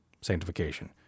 sanctification